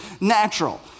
natural